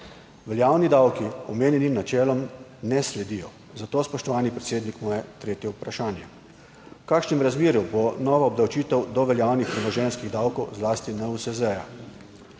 Veljavni davki omenjenim načelom ne sledijo, zato, spoštovani predsednik, moje tretje vprašanje: V kakšnem razmerju bo nova obdavčitev do veljavnih premoženjskih davkov, zlasti NUSZ?